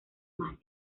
más